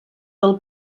del